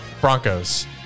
Broncos